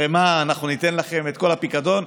הרי מה, אנחנו ניתן לכם את כל הפיקדון?